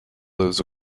lives